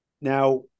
Now